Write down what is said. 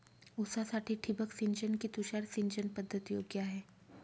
ऊसासाठी ठिबक सिंचन कि तुषार सिंचन पद्धत योग्य आहे?